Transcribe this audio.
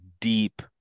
deep